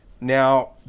Now